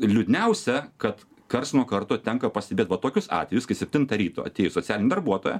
liūdniausia kad karts nuo karto tenka pastebėt va tokius atvejus kai septintą ryto atėjo socialinė darbuotoja